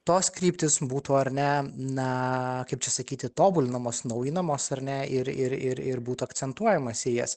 tos kryptys būtų ar ne na kaip čia sakyti tobulinamos naujinamos ar ne ir ir ir būtų akcentuojamasi į jas